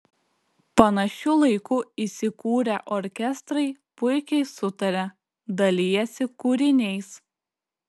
panašiu laiku įsikūrę orkestrai puikiai sutaria dalijasi kūriniais